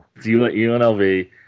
UNLV